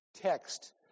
text